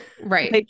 Right